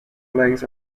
length